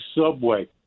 subway